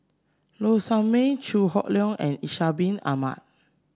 Low Sanmay Chew Hock Leong and Ishak Bin Ahmad